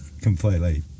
completely